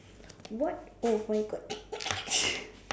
what oh my god